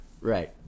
Right